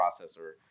processor